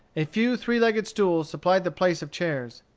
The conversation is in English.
a few three-legged stools supplied the place of chairs.